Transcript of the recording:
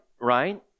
right